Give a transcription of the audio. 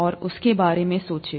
और उसके बारे में सोचो